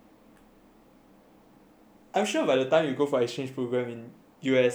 I'm sure by the time you go for exchange program in U_S you'll be much better lah